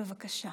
בבקשה.